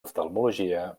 oftalmologia